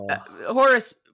Horace